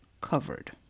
covered